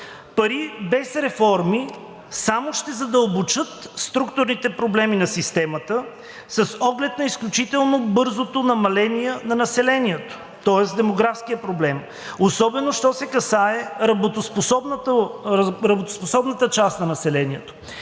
пари без реформи само ще задълбочат структурните проблеми на системата с оглед на изключително бързото намаление на населението. Тоест демографският проблем, особено що се касае до работоспособната част на населението.